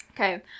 Okay